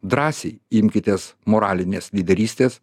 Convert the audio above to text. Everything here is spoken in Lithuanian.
drąsiai imkitės moralinės lyderystės